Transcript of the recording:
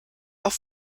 auf